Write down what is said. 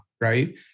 Right